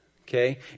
Okay